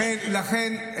לכן,